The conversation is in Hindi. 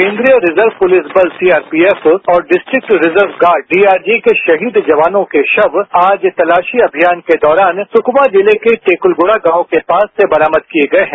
केंद्रीय रिजर्व पुलिस बल सीआरपीएफ और डिस्ट्रिक्ट रिजर्व गार्ड डीआरजी के शहीद जवानों के शव आज तलाशी अभियान के दौरान सुकमा जिले के टेकलगुड़ा गांव के पास से बरामद किए गए हैं